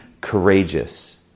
courageous